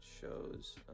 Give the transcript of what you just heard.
shows